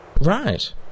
right